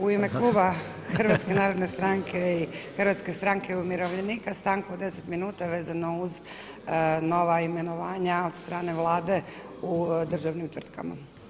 U ime kluba Hrvatske narodne stranke i Hrvatske stranke umirovljenika stanku od 10 minuta vezano uz nova imenovanja od strane Vlade u državnim tvrtkama.